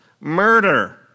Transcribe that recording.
Murder